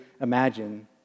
imagine